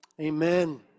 Amen